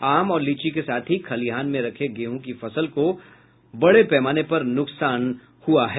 आम और लीची के साथ ही खलिहान में रखे गेहूं की फसल को पड़े पैमाने पर नुकसान होने की खबर है